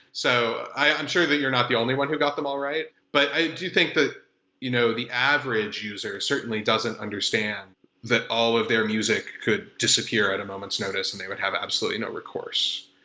so i'm sure that you're not the only one who got them all right. but i do think that you know the average user certainly doesn't understand that all of their music could disappear at a moment's notice and they would have absolutely no recourse.